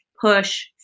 push